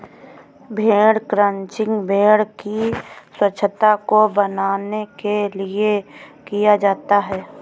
भेड़ क्रंचिंग भेड़ की स्वच्छता को बनाने के लिए किया जाता है